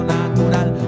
Natural